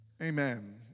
Amen